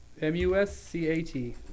M-U-S-C-A-T